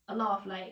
a lot of like